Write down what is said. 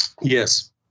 Yes